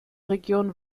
regionen